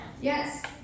Yes